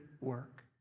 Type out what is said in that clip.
work